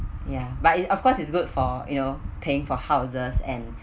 ya but it of course it's good for you know paying for houses and